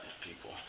People